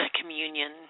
communion